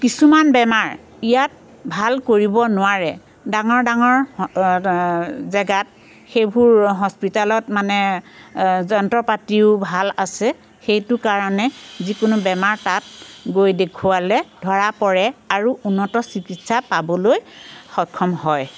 কিছুমান বেমাৰ ইয়াত ভাল কৰিব নোৱাৰে ডাঙৰ ডাঙৰ জেগাত সেইবোৰ হস্পিটেলত মানে যন্ত্ৰ পাতিও ভাল আছে সেইটো কাৰণে যিকোনো বেমাৰ তাত গৈ দেখুৱালে ধৰা পৰে আৰু উন্নত চিকিৎসা পাবলৈ সক্ষম হয়